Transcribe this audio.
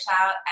out